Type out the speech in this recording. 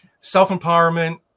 self-empowerment